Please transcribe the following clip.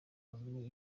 bamenya